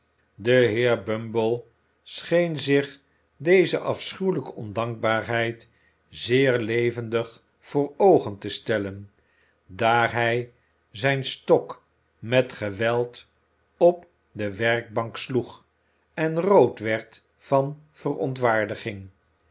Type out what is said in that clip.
de heer bumble scheen zich deze afschuwelijke ondankbaarheid zeer levendig voor oogen te stellen daar hij zijn stok met geweld op de werkbank sloeg en rood werd van verontwaardiging